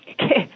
Okay